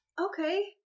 Okay